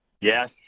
Yes